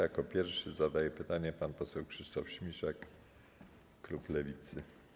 Jako pierwszy zadaje pytanie pan poseł Krzysztof Śmiszek, klub Lewicy.